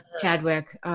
Chadwick